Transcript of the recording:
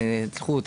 קחו,